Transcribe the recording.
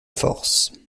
force